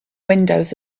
windows